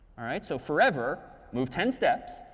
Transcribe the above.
all right. so forever, move ten steps.